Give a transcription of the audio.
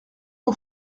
mon